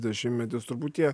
dešimtmetis turbūt tie